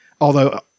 Although-